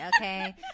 okay